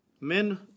Men